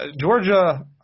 Georgia